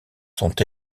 sont